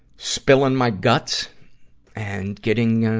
spilling my guts and getting, ah,